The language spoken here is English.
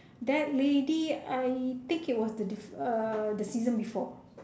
that lady I think it was the diff~ uh the season before